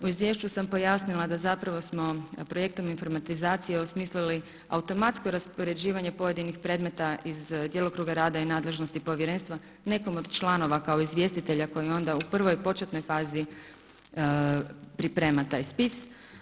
U izvješću sam pojasnila da zapravo smo projektom informatizacije osmislili automatsko raspoređivanje pojedinih predmeta iz djelokruga rada i nadležnosti povjerenstva nekom od članova kao izvjestitelja koji onda u prvoj početnoj fazi priprema taj spis.